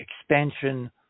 expansion